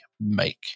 make